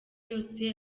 yose